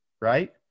Right